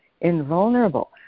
invulnerable